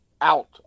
out